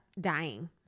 dying